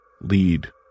lead